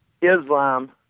Islam